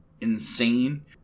insane